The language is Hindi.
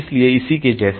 इसलिएइसी के जैसे